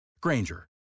Granger